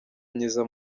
myiza